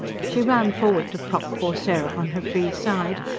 she ran forward to prop poor sarah on her free side,